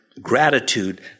gratitude